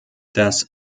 das